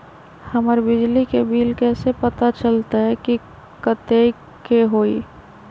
हमर बिजली के बिल कैसे पता चलतै की कतेइक के होई?